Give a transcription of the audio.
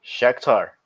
Shakhtar